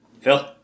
Phil